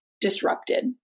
disrupted